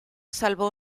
salvó